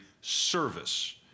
service